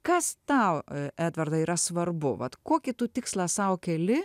kas tau e edvardai yra svarbu vat kokį tu tikslą sau keli